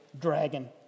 dragon